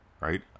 right